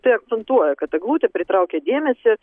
tai akcentuoja kad eglutė pritraukia dėmesį